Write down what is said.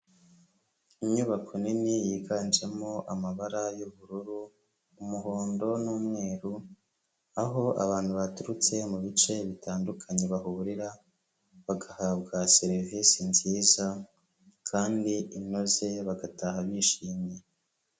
Inyubako nini yiganjemo amabara y'ubururu, umuhondo n'umweru, aho abantu baturutse mu bice bitandukanye bahurira, bagahabwa serivisi nziza kandi inoze, bagataha bishimye.